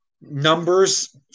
numbers